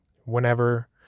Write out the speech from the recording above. whenever